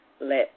let